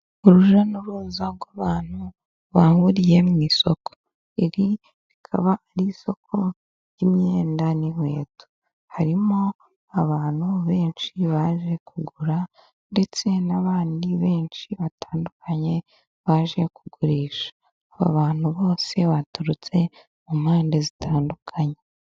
Urujya n'uruza rw'abantu bahuriye mu isoko, iri bikaba ari isoko ry'imyenda n'inkweto harimo abantu benshi bajye kugura ndetse n'abandi benshi batandukanye bajye kugurisha, aba bantu bose baturutse mu mpande zitandukanye.